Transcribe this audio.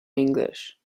english